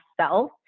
self